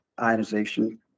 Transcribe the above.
ionization